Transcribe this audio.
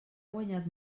guanyat